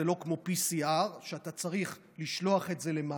זה לא כמו PCR, שאתה צריך לשלוח למעבדה,